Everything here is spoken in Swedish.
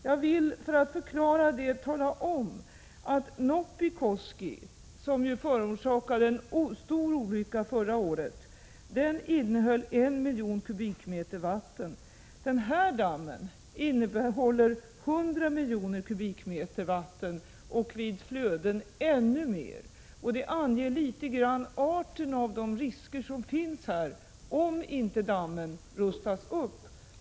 Jag vill, för att förklara detta, tala om att Noppikoski, som ju förorsakade en stor olycka förra året, innehöll 1 miljon m? vatten. Den här dammen innehåller 100 miljoner m? vatten och vid flöden ännu mer. Det anger i någon mån arten av de risker som finns här om inte dammen rustas upp.